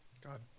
God